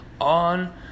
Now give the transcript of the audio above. on